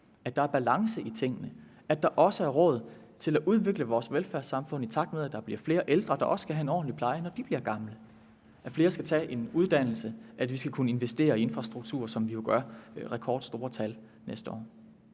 at der er balance i tingene, at der også er råd til at udvikle vores velfærdssamfund, i takt med at der bliver flere ældre, der også skal have en ordentlig pleje, når de er blevet gamle, at flere skal tage en uddannelse, at vi skal kunne investere i infrastruktur, hvilket vi jo gør med rekordstore tal næste år.